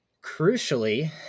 Crucially